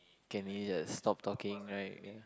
can you just stop talking right